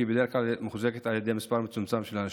ובדרך כלל היא מוחזקת על ידי מספר מצומצם של אנשים.